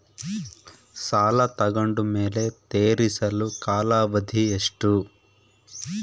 ಸಾಲ ತಗೊಂಡು ಮೇಲೆ ತೇರಿಸಲು ಕಾಲಾವಧಿ ಎಷ್ಟು?